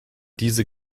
diese